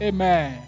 Amen